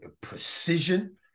precision